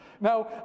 Now